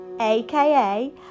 aka